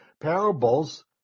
parables